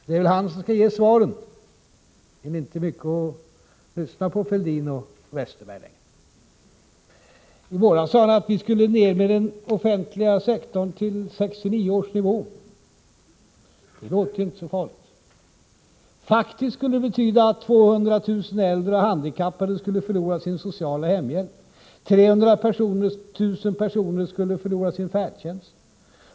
Det är väl han som skall ge svaren, och Fälldin och Westerberg är inte mycket att lyssna på längre. I våras sade Ulf Adelsohn att vi skall ned med den offentliga sektorn till 1969 års nivå. Det låter inte så farligt. Faktiskt skulle det betyda att 200 000 äldre och handikappade skulle förlora sin sociala hemhjälp. 300 000 personer skulle förlora sin färdtjänst.